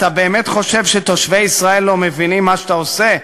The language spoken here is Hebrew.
אתה באמת חושב שתושבי ישראל לא מבינים מה שאתה עושה?